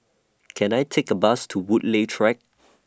Can I Take A Bus to Woodleigh Track